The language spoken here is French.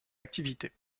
activité